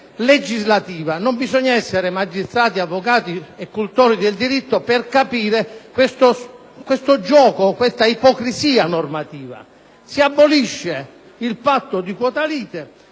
legislativa. Non bisogna essere magistrati, avvocati e cultori del diritto per capire questo gioco, questa ipocrisia normativa. Si abolisce il patto di quota lite